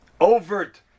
overt